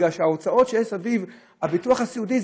כי ההוצאות שיש סביב הביטוח הסיעודי,